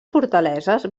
fortaleses